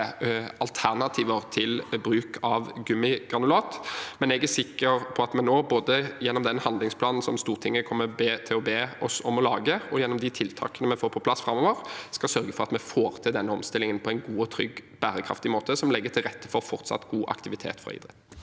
alternativer til bruk av gummigranulat. Jeg er sikker på at vi nå, både gjennom den handlingsplanen som Stortinget kommer til å be oss om å lage, og gjennom de tiltakene vi får på plass framover, skal sørge for at vi får til denne omstillingen på en god, trygg og bærekraftig måte, som legger til rette for fortsatt god aktivitet for idretten.